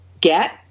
get